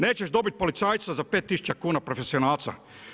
Nećeš dobiti policajca za 5 tisuća kuna, profesionalca.